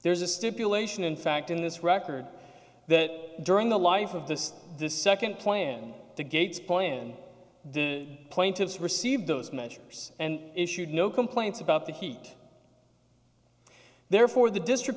there's a stipulation in fact in this record that during the life of this this second plan the gates plan the plaintiffs received those measures and issued no complaints about the heat therefore the district